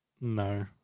No